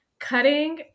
Cutting